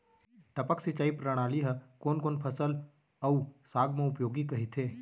टपक सिंचाई प्रणाली ह कोन कोन फसल अऊ साग म उपयोगी कहिथे?